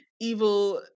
evil